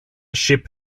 ship